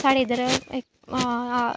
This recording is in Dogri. साढ़े इद्धर इक